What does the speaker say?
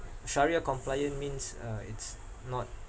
shariah compliant means uh it's not